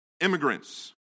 immigrants